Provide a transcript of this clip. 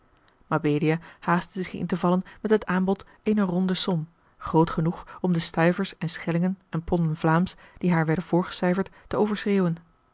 mabelia haastte zich in te vallen met het aanbod eener ronde som groot genoeg om de stuivers en schellingen en ponden vlaamsch die haar werden voorgecijferd te overschreeuwen